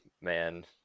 man